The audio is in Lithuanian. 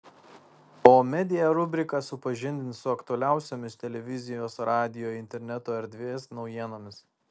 o media rubrika supažindins su aktualiausiomis televizijos radijo interneto erdvės naujienomis